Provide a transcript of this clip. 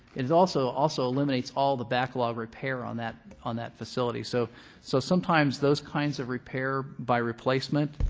it also also eliminates all the backlog repair on that on that facility. so so sometimes those kinds of repair by replacement